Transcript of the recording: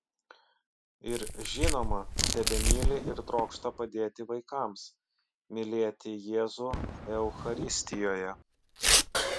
ir žinoma tebemyli ir trokšta padėti vaikams mylėti jėzų eucharistijoje